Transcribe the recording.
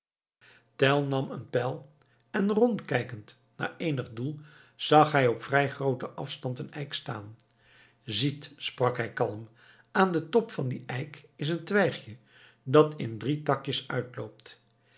tell nam een pijl en rondkijkend naar eenig doel zag hij op vrij grooten afstand een eik staan ziet sprak hij kalm aan den top van dien eik is een twijgje dat in drie takjes uitloopt